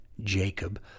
Jacob